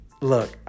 Look